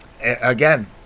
Again